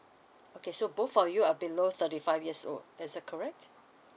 okay so both of you are below thirty five years old is that correct